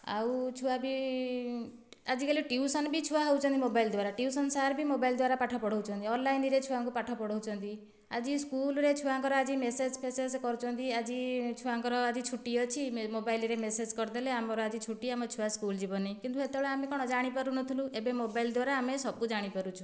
ଆଉ ଛୁଆ ବି ଆଜିକାଲି ଟିଉସନ୍ ବି ଛୁଆ ହେଉଛନ୍ତି ମୋବାଇଲ୍ ଦ୍ୱାରା ଟିଉସନ୍ ସାର୍ ବି ମୋବାଇଲ୍ ଦ୍ୱାରା ପାଠ ପଢ଼ାଉଛନ୍ତି ଅନ୍ଲାଇନ୍ରେ ଛୁଆଙ୍କୁ ପାଠ ପଢ଼ାଉଛନ୍ତି ସ୍କୁଲ୍ରେ ଛୁଆଙ୍କର ଆଜି ମେସେଜ୍ ଫେସେଜ୍ କରୁଛନ୍ତି ଆଜି ଛୁଆଙ୍କର ଆଜି ଛୁଟି ଅଛି ମେ ମୋବାଇଲ୍ରେ ମେସେଜ୍ କରିଦେଲେ ଆମର ଆଜି ଛୁଟି ଆମ ଛୁଆ ସ୍କୁଲ୍ ଯିବନି କିନ୍ତୁ ସେତେବେଳେ ଆମେ କ'ଣ ଜାଣିପାରୁନଥୁଲୁ ଏବେ ମୋବାଇଲ୍ ଦ୍ୱାରା ଆମେ ସବୁ ଜାଣିପାରୁଛୁ